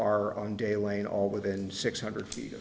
are on de lane all within six hundred feet